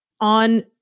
on